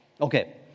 Okay